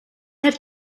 had